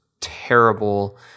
terrible